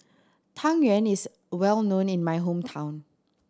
Tang Yuen is well known in my hometown